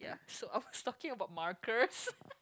so I was talking about markers